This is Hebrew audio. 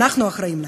אנחנו אחראים להם.